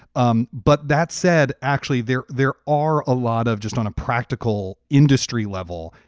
um but that said, actually there there are a lot of just on a practical industry level,